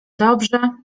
dobrze